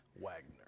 Wagner